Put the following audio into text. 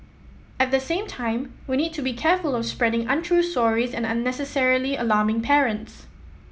at the same time we need to be careful of spreading untrue stories and unnecessarily alarming parents